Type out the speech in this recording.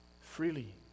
freely